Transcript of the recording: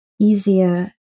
easier